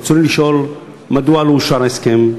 רצוני לשאול: 1. מדוע לא אושרר ההסכם?